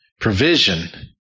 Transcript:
provision